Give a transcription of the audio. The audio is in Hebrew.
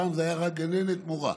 פעם זה היה רק גננת או מורה.